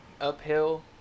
uphill